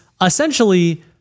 essentially